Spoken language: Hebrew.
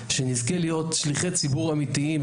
שנזכה להיות שליחי ציבור אמיתיים,